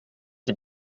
die